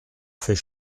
fait